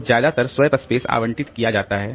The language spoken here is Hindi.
तो ज्यादातर स्वैप स्पेस आवंटित किया जाता है